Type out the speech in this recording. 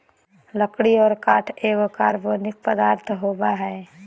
लकड़ी और काष्ठ एगो कार्बनिक पदार्थ होबय हइ